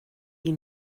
you